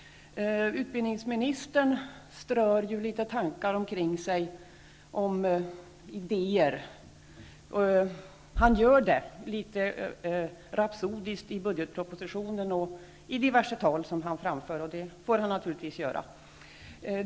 Utbildningsministern strör litet tankar och idéer omkring sig. Han gör det litet rapsodiskt i budgetpropositionen och i diverse tal som han framför, och det får han naturligtvis göra.